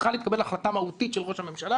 צריכה להתקבל החלטה מהותית של ראש הממשלה